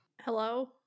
Hello